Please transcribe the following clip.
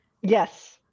Yes